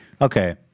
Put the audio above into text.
Okay